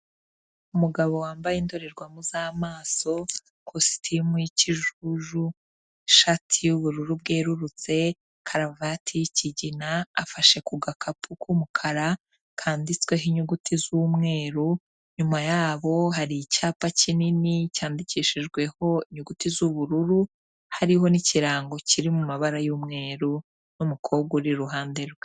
Umugabo wambaye indorerwamo z'amaso, ikositimu y'ikijuju, ishati y'ubururu bwerurutse, karuvati y'ikigina, afashe ku gakapu k'umukara kanditsweho inyuguti z'umweru, inyuma yabo hari icyapa kinini cyandikishijweho inyuguti z'ubururu hariho n'ikirango kiri mu mabara y'umweru n'umukobwa uri iruhande rwe.